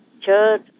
church